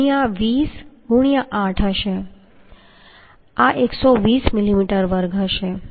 5 ગુણ્યાં 20 ગુણ્યાં 8 હશે આ 120 મિલીમીટર વર્ગ હશે